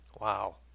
Wow